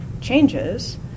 changes